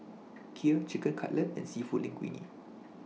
Kheer Chicken Cutlet and Seafood Linguine